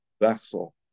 vessel